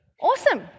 Awesome